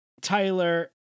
Tyler